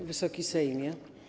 Wysoki Sejmie!